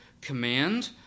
command